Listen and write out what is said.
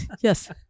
Yes